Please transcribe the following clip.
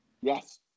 Yes